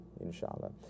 inshallah